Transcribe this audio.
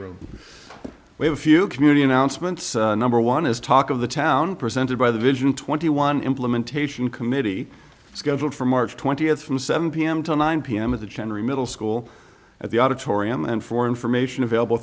room we have a few community announcements number one is talk of the town presented by the vision twenty one implementation committee scheduled for march twentieth from seven pm to nine pm at the general middle school at the auditorium and for information available